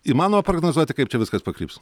įmanoma prognozuoti kaip čia viskas pakryps